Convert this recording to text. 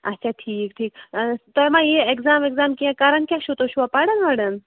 اچھا ٹھیٖک ٹھیٖک تۄہہ ما یہِ اٮ۪گزام وٮ۪گزام کینٛہہ کران کیٛاہ چھُو تُہۍ چھُوا پَران وَران